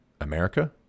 America